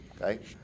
okay